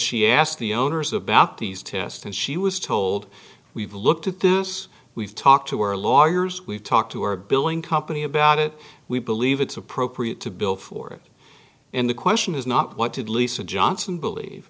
she asked the owners about these tests and she was told we've looked at this we've talked to our lawyers we've talked to our billing company about it we believe it's appropriate to bill for it and the question is not what did lisa johnson believe